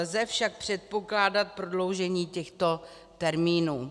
Lze však předpokládat prodloužení těchto termínů.